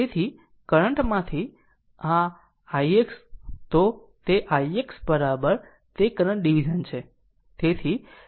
તેથી કરંટ માંથી આ આ ix તો અહીં તે ix તે કરંટ ડીવીઝન છે